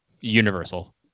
universal